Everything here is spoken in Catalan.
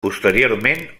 posteriorment